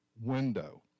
window